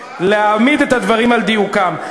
להעמיד את הדברים על דיוקם.